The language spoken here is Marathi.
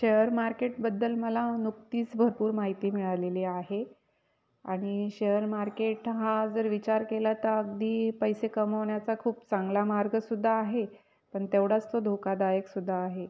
शेअर मार्केटबद्दल मला नुकतीच भरपूर माहिती मिळालेली आहे आणि शेअर मार्केट हा जर विचार केला तर अगदी पैसे कमवण्याचा खूप चांगला मार्गसुद्धा आहे पण तेवढाच तो धोकादायक सुद्धा आहे